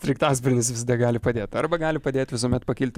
sraigtasparnis visada gali padėt arba gali padėt visuomet pakilti